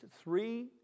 three